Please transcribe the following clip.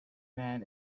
man